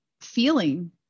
feeling